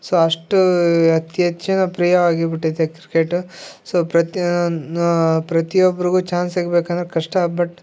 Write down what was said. so ಅಷ್ಟು ಅತಿ ಹೆಚ್ಚಿನ ಪ್ರಿಯವಾಗಿ ಬಿಟ್ಟೈತೆ ಕ್ರಿಕೆಟ್ಟು ಸೋ ಪ್ರತಿಯೊಂದು ಪ್ರತಿಯೊಬ್ಬರಿಗೂ ಚಾನ್ಸ್ ಸಿಗ್ಬೇಕಂದರ ಕಷ್ಟ ಬಟ್